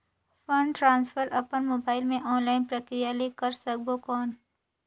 Fund transfer अपन mobile मे online प्रक्रिया ले कर सकबो कौन?